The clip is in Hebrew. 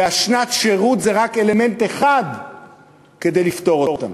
ושנת השירות היא רק אלמנט אחד כדי לפתור אותם.